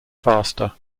faster